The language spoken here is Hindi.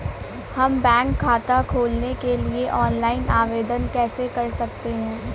हम बैंक खाता खोलने के लिए ऑनलाइन आवेदन कैसे कर सकते हैं?